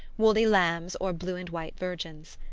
woolly lambs or blue and white virgins.